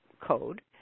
code